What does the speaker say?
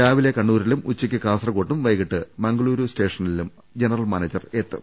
രാവിലെ ക ണ്ണൂരിലും ഉച്ചയക്ക് കാസർഗോഡും വൈകീട്ട് മംഗ്ളൂരു സ്റ്റേഷ നിലും ജനറൽ മാനേജർ എത്തും